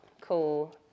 Cool